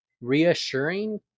reassuring